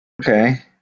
Okay